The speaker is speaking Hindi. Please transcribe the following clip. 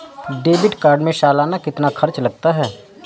डेबिट कार्ड में सालाना कितना खर्च लगता है?